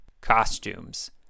costumes